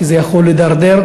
כי זה יכול להידרדר.